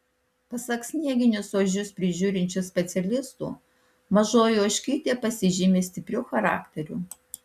pasak snieginius ožius prižiūrinčių specialistų mažoji ožkytė pasižymi stipriu charakteriu